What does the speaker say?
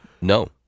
No